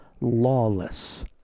lawless